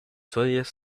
twentieth